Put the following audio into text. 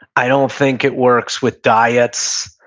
i don't think it works with diets.